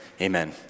amen